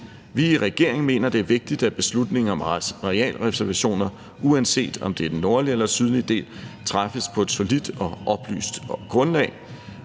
Vi i regeringen mener, det er vigtigt, at en beslutning om arealreservationer, uanset om det er den nordlige del eller den sydlige del, træffes på et solidt og oplyst grundlag.